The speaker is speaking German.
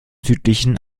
südlichen